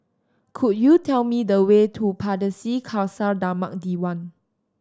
could you tell me the way to Pardesi Khalsa Dharmak Diwan